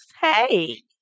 Hey